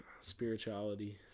spirituality